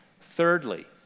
Thirdly